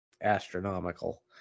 astronomical